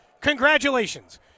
Congratulations